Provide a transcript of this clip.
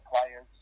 players